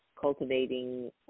cultivating